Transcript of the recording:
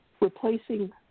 Replacing